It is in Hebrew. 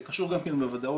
זה קשור גם בוודאות,